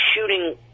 shooting